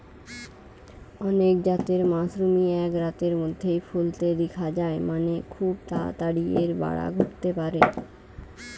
অনেক জাতের মাশরুমই এক রাতের মধ্যেই ফলতে দিখা যায় মানে, খুব তাড়াতাড়ি এর বাড়া ঘটতে পারে